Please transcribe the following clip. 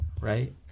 right